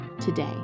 today